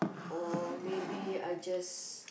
or maybe I just